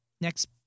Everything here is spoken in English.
next